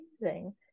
amazing